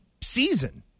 season